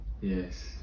Yes